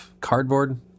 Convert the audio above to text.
cardboard